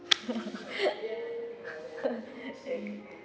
same